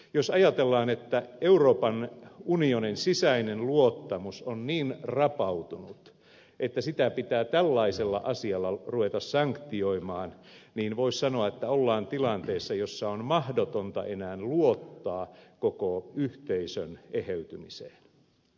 jos ajatellaan että euroopan unionin sisäinen luottamus on niin rapautunut että sitä pitää tällaisella asialla ruveta sanktioimaan niin voisi sanoa että ollaan tilanteessa jossa on mahdotonta enää luottaa koko yhteisön eheytymiseen